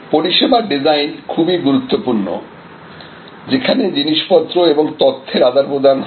পরিষেবা ডিজাইন খুবই গুরুত্বপূর্ণ যেখানে জিনিসপত্র এবং তথ্যের আদান প্রদান হয়